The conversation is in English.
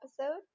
episode